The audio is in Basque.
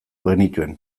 genituen